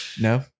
No